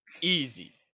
Easy